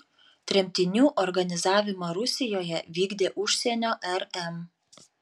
tremtinių organizavimą rusijoje vykdė užsienio rm